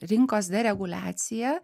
rinkos dereguliacija